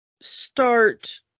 start